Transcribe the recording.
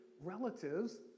relatives